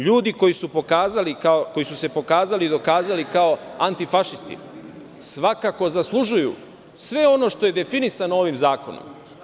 Ljudi koji su se pokazali i dokazali kao antifašisti svakako zaslužuju sve ono što je definisano ovim zakonom.